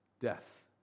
death